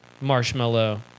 marshmallow